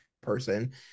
person